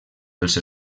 dels